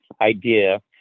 idea